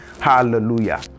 hallelujah